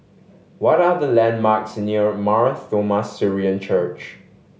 what are the landmarks near Mar Thoma Syrian Church